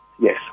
Yes